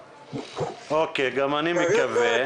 אוקיי, גם אני מקווה.